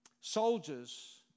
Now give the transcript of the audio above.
Soldiers